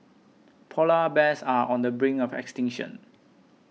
Polar Bears are on the brink of extinction